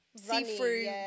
see-through